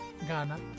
Ghana